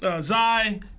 Zai